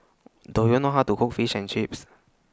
Do YOU know How to Cook Fish and Chips